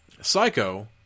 Psycho